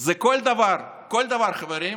כל דבר, חברים,